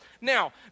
Now